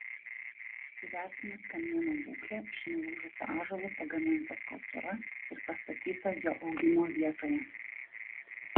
įvertinus kamieno būklę iš nulūžusio ąžuolo pagaminta skulptūra ir pastatyta jo augimo vietoje